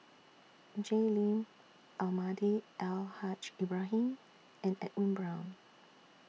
Jay Lim Almahdi Al Haj Ibrahim and Edwin Brown